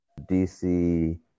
dc